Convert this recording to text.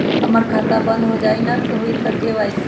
हमर खाता बंद होजाई न हुई त के.वाई.सी?